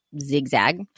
Zigzag